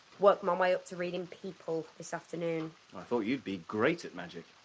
work my way up to reading people this afternoon. i thought you'd be great at magic.